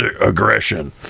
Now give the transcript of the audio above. aggression